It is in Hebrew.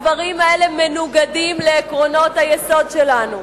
הדברים האלה מנוגדים לעקרונות היסוד שלנו.